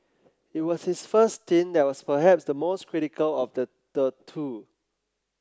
it was his first stint that was perhaps the most critical of the the two